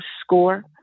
score